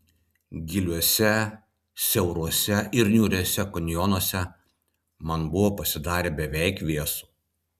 giliuose siauruose ir niūriuose kanjonuose man buvo pasidarę beveik vėsu